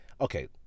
okay